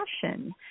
passion